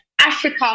Africa